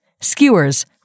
skewers